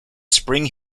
spring